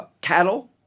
cattle